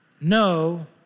No